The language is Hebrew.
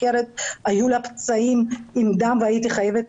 והיו לה פצעים עם דם והייתי חייבת